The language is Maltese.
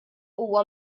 huwa